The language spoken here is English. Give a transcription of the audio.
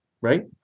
right